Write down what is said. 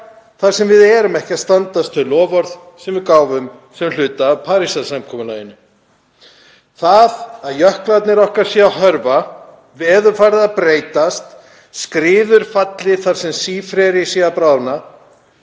þar sem við stöndum ekki við þau loforð sem við gáfum sem hluta af Parísarsamkomulaginu. Það að jöklarnir okkar séu að hörfa, veðurfarið að breytast, skriður falli þar sem sífreri er að bráðna